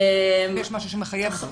האם יש משהו שמחייב אותו?